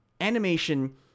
animation